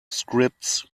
scripts